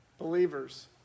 Believers